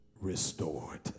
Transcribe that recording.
restored